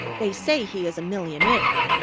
they say he is a millionaire.